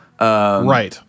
Right